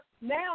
now